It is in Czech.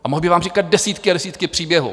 A mohl bych vám říkat desítky a desítky příběhů.